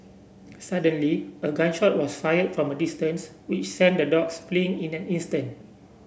suddenly a gun shot was fired from a distance which sent the dogs fleeing in an instant